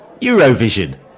eurovision